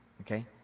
okay